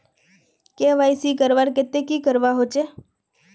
KYC करवार केते की करवा होचए?